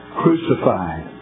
crucified